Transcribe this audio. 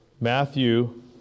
Matthew